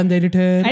editor